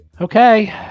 Okay